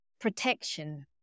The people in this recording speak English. protection